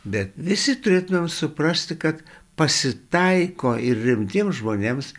bet visi turėtumėm suprasti kad pasitaiko ir rimtiems žmonėms